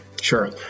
Sure